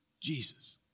Jesus